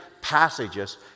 passages